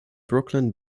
brooklyn